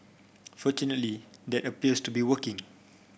fortunately that appears to be working